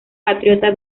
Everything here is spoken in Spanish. patriota